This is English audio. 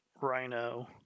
rhino